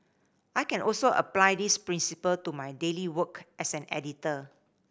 I can also apply this principle to my daily work as an editor